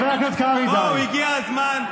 בואו, הגיע הזמן.